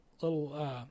little